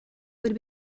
would